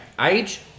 Age